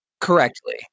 Correctly